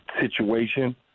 situation